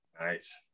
Nice